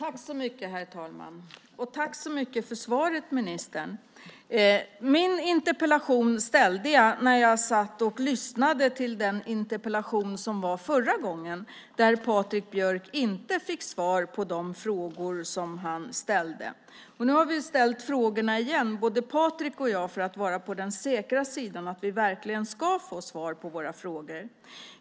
Herr talman! Tack så mycket för svaret, ministern! Min interpellation ställde jag när jag satt och lyssnade till den förra interpellationsdebatten, där Patrik Björck inte fick svar på de frågor som han ställde. Nu har vi ställt frågorna igen, både Patrik och jag, för att vi ska vara på den säkra sidan att vi verkligen ska få svar på våra frågor.